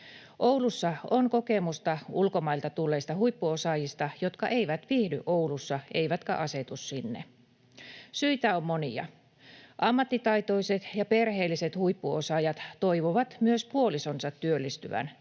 Oulussa on kokemusta ulkomailta tulleista huippuosaajista, jotka eivät viihdy Oulussa eivätkä asetu sinne. Syitä on monia. Ammattitaitoiset ja perheelliset huippuosaajat toivovat myös puolisonsa työllistyvän.